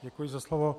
Děkuji za slovo.